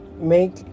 make